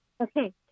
Okay